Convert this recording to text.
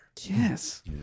Yes